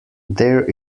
there